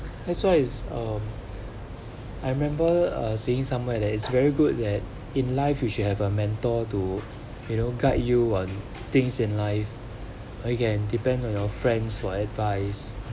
I saw this um I remember uh seeing somewhere that is very good at in life you should have a mentor to you know guide you want things in life you can depend on your friends for advice